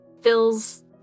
fills